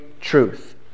truth